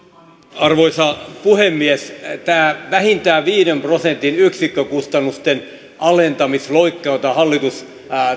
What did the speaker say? arvoisa puhemies tämä vähintään viiden prosentin yksikkökustannusten alentamisloikka jota hallitus